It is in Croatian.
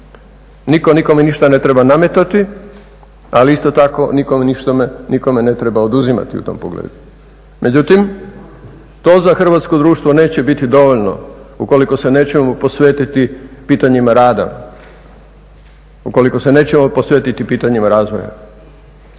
Nitko nikome ništa ne treba nametati, ali isto tako nitko nikome ništa ne treba oduzimati u tom pogledu. Međutim, to za hrvatsko društvo neće biti dovoljno ukoliko se nećemo posvetiti pitanjima rada, ukoliko se nećemo posvetiti pitanjima razvoja.